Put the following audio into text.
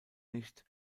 nicht